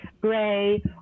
gray